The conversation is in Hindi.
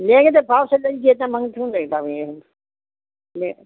लेंगे तो भाव से लेंगे इतना महंग थोड़ो न ले पावेंगे हम में